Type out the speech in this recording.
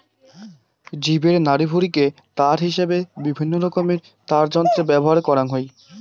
জীবের নাড়িভুঁড়িকে তার হিসাবে বিভিন্নরকমের তারযন্ত্রে ব্যবহার করাং হই